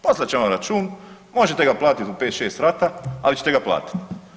Poslat ćemo vam račun, možete ga platiti u 5-6 rata, ali ćete ga platiti.